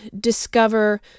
discover